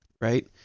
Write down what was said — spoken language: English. right